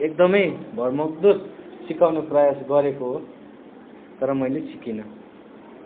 एकदमै भरमग्दुर सिकाउने प्रयास गरेको हो तर मैले सिकिनँ